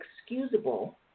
excusable